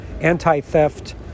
Anti-theft